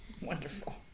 wonderful